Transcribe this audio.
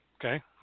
Okay